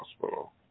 hospital